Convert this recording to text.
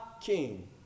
king